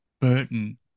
Burton